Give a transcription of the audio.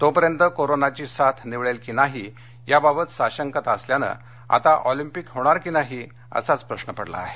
तोपर्यंत कोरोनाची साथ निवळेल की नाही याबाबत साशंकता असल्यानं आता ऑलिंपिक होणार की नाही असाच प्रश्न पडला आहे